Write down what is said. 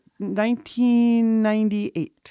1998